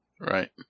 Right